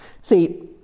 See